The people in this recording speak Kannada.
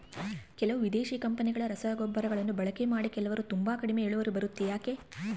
ಕೆಲವು ವಿದೇಶಿ ಕಂಪನಿಗಳ ರಸಗೊಬ್ಬರಗಳನ್ನು ಬಳಕೆ ಮಾಡಿ ಕೆಲವರು ತುಂಬಾ ಕಡಿಮೆ ಇಳುವರಿ ಬರುತ್ತೆ ಯಾಕೆ?